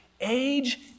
Age